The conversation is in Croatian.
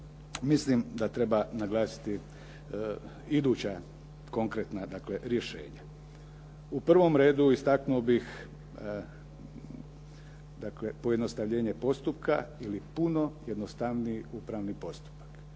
mislim da treba naglasiti iduća konkretna, dakle rješenja. U prvom redu istaknuo bih, dakle pojednostavljenje postupka ili puno jednostavniji upravni postupak